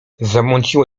zamąciło